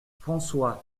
françois